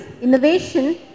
innovation